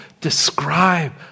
describe